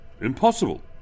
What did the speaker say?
Impossible